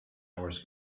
hours